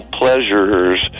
pleasures